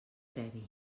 previ